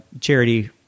charity